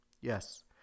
Yes